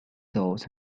dolls